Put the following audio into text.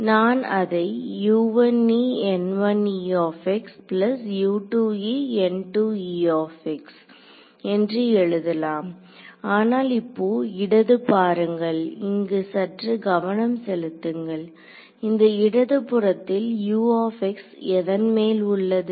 நான் அதை என்று எழுதலாம் ஆனால் இப்போ இடது பாருங்கள் இங்கு சற்று கவனம் செலுத்துங்கள் இந்த இடதுபறத்தில் எதன் மேல் உள்ளது